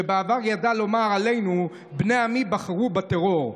שבעבר ידע לומר עלינו "בני עמי בחרו בטרור"?